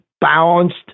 balanced